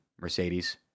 Mercedes